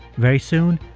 very soon,